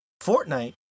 Fortnite